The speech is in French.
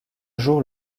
jour